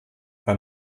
bei